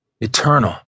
eternal